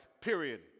period